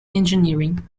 engineering